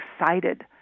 excited